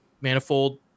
manifold